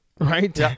Right